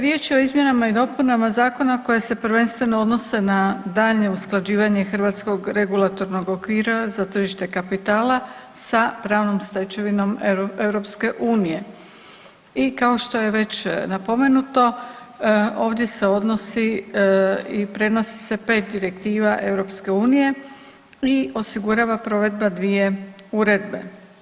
Riječ je o izmjenama i dopunama zakona koje se prvenstveno odnose na daljnje usklađivanje hrvatskog regulatornog okvira za tržište kapitala sa pravnom stečevinom EU. i kao što je već napomenuto ovdje se odnosi i prenosi se pet direktiva EU i osigurava provedba dvije uredbe.